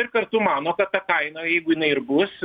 ir kartu mano kad ta kaina jeigu jinai ir bus